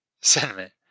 Sentiment